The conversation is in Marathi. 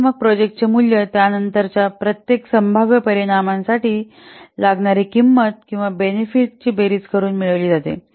तर मग प्रोजेक्टचे मूल्य त्यानंतरच्या प्रत्येक संभाव्य परिणामासाठी लागणा किंमतीची किंवा बेनिफिटची बेरीज करून मिळविली जाते